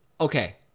Okay